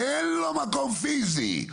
ואין לו מקום פיזי,